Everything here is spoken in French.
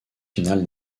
finale